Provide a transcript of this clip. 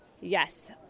Yes